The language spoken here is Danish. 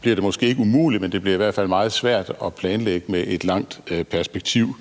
bliver det, måske ikke umuligt, men det bliver i hvert fald meget svært at planlægge med et langt perspektiv.